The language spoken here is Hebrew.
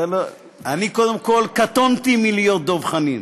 קודם כול, קטונתי מלהיות דב חנין.